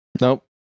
Nope